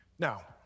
Now